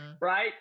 right